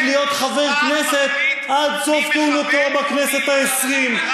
בזכותכם באסל גטאס ימשיך להיות חבר כנסת עד סוף כהונתו בכנסת העשרים.